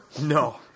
no